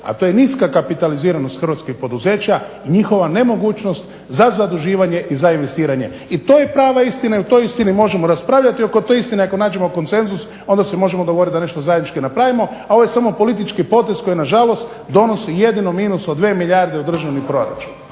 a to je niska kapitaliziranost hrvatskih poduzeća i njihova nemogućnost za zaduživanje i za investiranje. I to je prava istina i o toj istini možemo raspravljati i oko te istine ako nađemo konsenzus onda se možemo dogovorit da nešto zajednički napravimo, a ovo je samo politički potez koji nažalost donosi jedino minus od 2 milijarde u državni proračun.